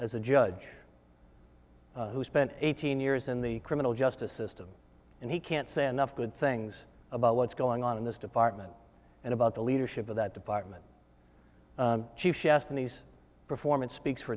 as a judge who spent eighteen years in the criminal justice system and he can't say enough good things about what's going on in this department and about the leadership of that department she she asked in these performance speaks for